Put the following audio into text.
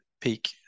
Peak